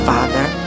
Father